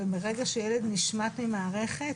וברגע שילד נשמט ממערכת,